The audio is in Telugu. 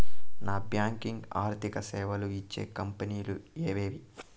నాన్ బ్యాంకింగ్ ఆర్థిక సేవలు ఇచ్చే కంపెని లు ఎవేవి?